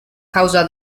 causa